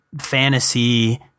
fantasy